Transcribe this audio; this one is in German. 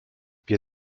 wir